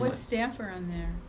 what staff are on there?